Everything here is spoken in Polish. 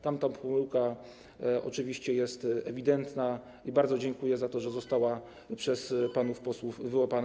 Ta pomyłka oczywiście jest ewidentna i bardzo dziękuję za to, że została przez panów posłów wyłapana.